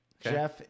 Jeff